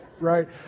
right